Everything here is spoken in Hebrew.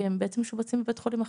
כי הם בעצם משובצים לבית חולים אחר.